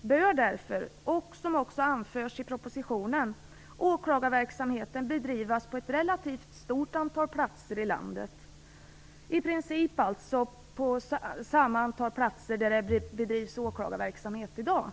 bör därför, vilket också anförs i propositionen, åklagarverksamheten bedrivas på ett relativt stort antal platser i landet - i princip på samma antal platser som i dag.